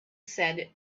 said